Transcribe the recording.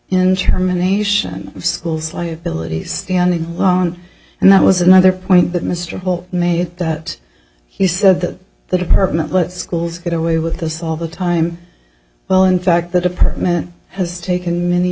in germination of schools liability standing alone and that was another point that mr hope made that he said that the department let schools get away with this all the time well in fact the department has taken many